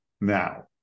now